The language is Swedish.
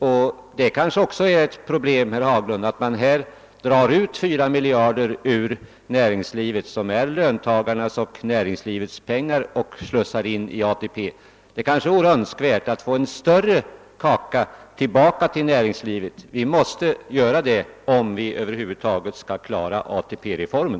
Men det är möj ligen också ett problem, herr Haglund, att 4 miljarder tas från näringslivet, alltså löntagarnas och näringslivets pengar, och slussas in i AP-fonderna. Vi bör få en större bit av kakan tillbaka till näringslivet — ja, vi kanske måste ha det, om vi över huvud taget skall klara ATP-reformen.